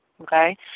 okay